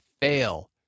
fail